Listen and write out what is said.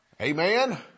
Amen